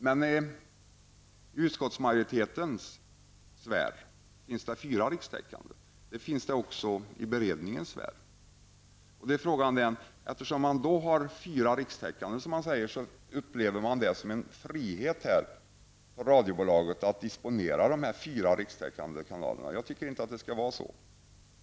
Men i utskottsmajoritetens och beredningens värld finns det fyra rikstäckande radiokanaler. Eftersom man säger att det finns fyra rikstäckande radiokanaler upplever man det som en frihet för radiobolaget att disponera alla dessa fyra kanaler. Jag tycker inte att det skall vara så.